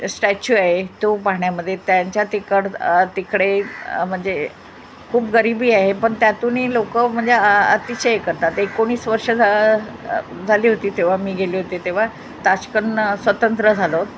statue आहे तो पाहण्यामदे त्यांच्या तिकड तिकडे मनजे खूप गरीबी आहे पन त्यातूनही लोकं म्हणजे अतिशय करतात एकोणीस वर्ष झाली होती तेव्हा मी गेली होती तेव्हा ताजकन स्वतंत्र झालं